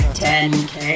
10k